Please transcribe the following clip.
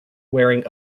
wearing